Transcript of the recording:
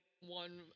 one